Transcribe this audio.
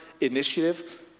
initiative